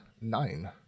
nine